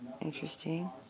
interesting